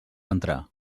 entrar